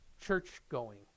church-going